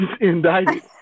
Indicted